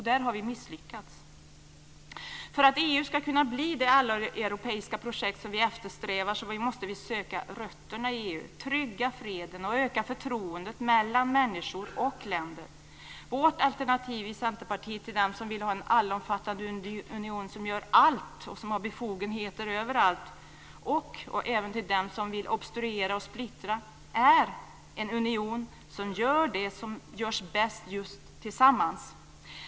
Där har vi misslyckats. För att EU ska bli det alleuropeiska projekt som vi eftersträvar måste vi söka rötterna i EU, trygga freden och öka förtroendet mellan människor och länder. Vårt alternativ i Centerpartiet till dem som vill ha en allomfattande union som gör allt och som har befogenheter överallt och till dem som vill obstruera och splittra, är en union som gör det som görs bäst just tillsammans.